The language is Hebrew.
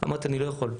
אמרתי, אני לא יכול.